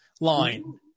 line